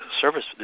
service